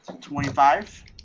twenty-five